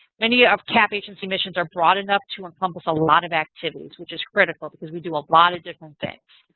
any ah of cap agency missions are broad enough to encompass a lot of activity, which is critical because we do a lot of different things.